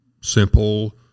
simple